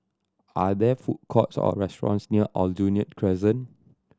are there food courts or restaurants near Aljunied Crescent